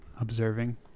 observing